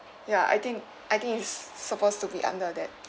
ya I think I think it's supposed to be under that